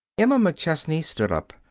emma mcchesney stood up.